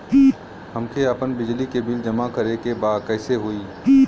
हमके आपन बिजली के बिल जमा करे के बा कैसे होई?